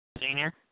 Senior